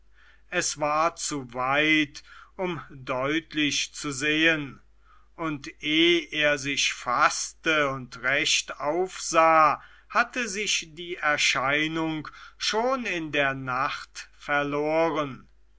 er war zu weit um deutlich zu sehen und eh er sich faßte und recht aufsah hatte sich die erscheinung schon in der nacht verloren